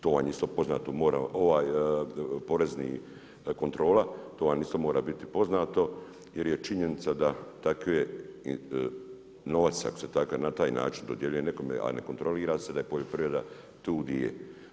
To vam je isto poznato, porezna kontrola, to vam isto mora biti poznato jer je činjenica da takve novac ako se na taj način dodjeljuje nekome, a ne kontrolira se da je poljoprivreda tu di je.